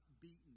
beaten